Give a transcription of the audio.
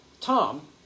Tom